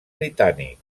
britànic